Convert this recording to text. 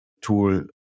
tool